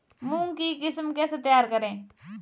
मूंग की किस्म कैसे तैयार करें?